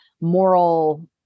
moral